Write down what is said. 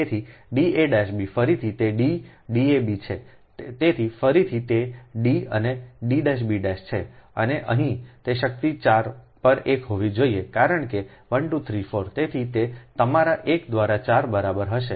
તેથી Da'b ફરીથી તે D Dab છે તેથી ફરીથી તે D અને D'b છે અને અહીં તે શક્તિ 4 પર 1 હોવી જોઈએ કારણ કે 1 2 3 4 તેથી તે તમારા 1 દ્વારા 4 બરાબર હશે